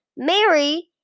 Mary